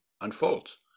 unfolds